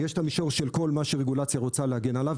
יש את המישור של כל מה שהרגולציה רוצה להגן עליו,